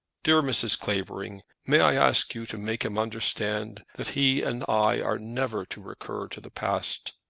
dear mrs. clavering, may i ask you to make him understand that he and i are never to recur to the past?